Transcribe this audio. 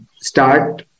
start